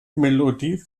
melodie